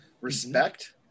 respect